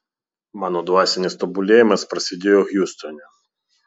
mano dvasinis tobulėjimas prasidėjo hjustone